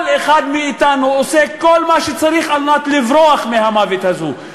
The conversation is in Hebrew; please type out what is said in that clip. כל אחד מאתנו עושה כל מה שצריך על מנת לברוח מהמוות הזה.